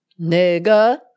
Nigga